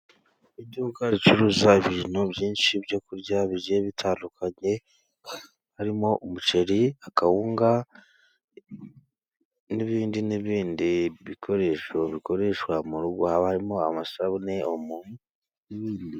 Iduka ricuruza ibintu byinshi ibyo kurya bigiye bitandukanye, harimo umuceri, akawunga, n'ibindi n'ibindi bikoresho bikoreshwa mu rugo, haba harimo amasabune, omo,..